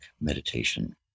meditation